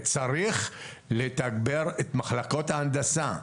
צריך לתגבר את מחלקות ההנדסה,